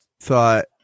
thought